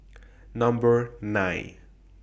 Number nine